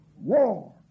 war